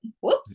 whoops